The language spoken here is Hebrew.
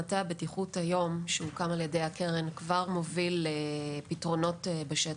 מטה הבטיחות שהוקם על ידי הקרן כבר היום מוביל פתרונות בשטח.